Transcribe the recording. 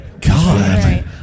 God